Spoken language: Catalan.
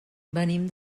venim